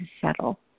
settle